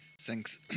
Thanks